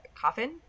coffin